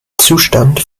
zustand